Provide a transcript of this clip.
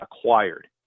acquired